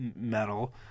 Metal